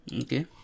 Okay